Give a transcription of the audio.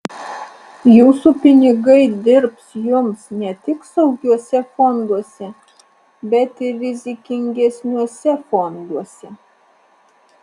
jūsų pinigai dirbs jums ne tik saugiuose fonduose bet ir rizikingesniuose fonduose